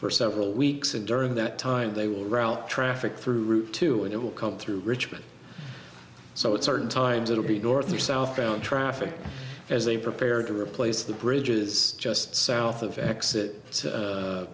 for several weeks and during that time they will route traffic through route two and it will come through richmond so it's certain times it'll be north or south around traffic as they prepare to replace the bridges just south of exit